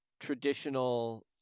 traditional